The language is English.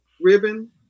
ribbon